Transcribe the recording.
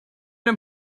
dem